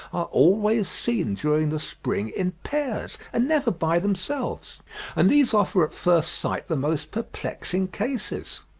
are always seen during the spring in pairs, and never by themselves and these offer at first sight the most perplexing cases.